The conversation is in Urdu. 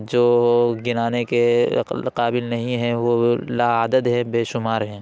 جو گنانے کے قابل نہیں ہیں وہ لا عدد ہیں بے شمار ہیں